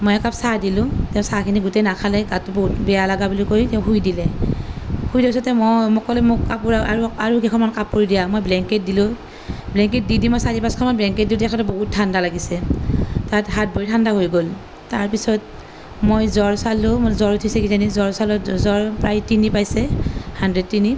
মই একাপ চাহ দিলোঁ তেওঁ চাহখিনি গোটেই নাখালে গাটো বহুত বেয়া লগা বুলি কৈ তেওঁ শুই দিলে শুই দিয়াৰ পিছতে মই মোক ক'লে মোক কাপোৰ আৰু আৰু কেইখনমান কাপোৰ দিয়া মই ব্লেংকেট দিলোঁ ব্লেংকেট দি দি মই চাৰি পাঁচখনমান ব্লেংকেট দিলোঁ তেখেতৰ বহুত ঠাণ্ডা লাগিছে তাত হাত ভৰি ঠাণ্ডা হৈ গ'ল তাৰ পিছত মই জ্বৰ চালোঁ জ্বৰ উঠিছে কিজানি জ্বৰ চালোঁ জ্বৰ প্ৰায় তিনি পাইছে হাণ্ডেড তিনি